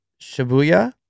Shibuya